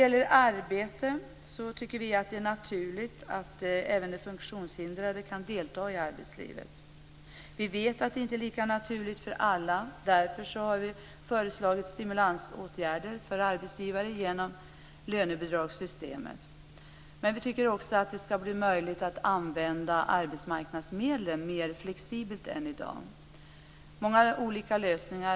Vi tycker att det är naturligt att även de funktionshindrade kan delta i arbetslivet. Vi vet att det inte är lika naturligt för alla. Därför har vi föreslagit stimulansåtgärder för arbetsgivare genom lönebidragssystemet. Men vi tycker också att det ska bli möjligt att använda arbetsmarknadsmedlen mer flexibelt än i dag. Det behövs många olika lösningar.